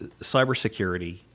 cybersecurity